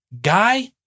Guy